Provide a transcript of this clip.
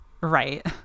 Right